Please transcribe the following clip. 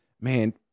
man